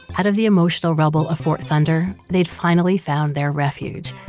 out of the emotional rubble of fort thunder, they'd finally found their refuge.